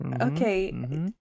Okay